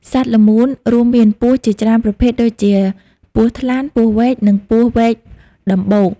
សត្វល្មូន រួមមាន ពស់ ជាច្រើនប្រភេទដូចជា ពស់ថ្លាន់ ពស់វែក និងពស់វែកដំបូក។